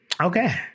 okay